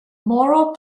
moro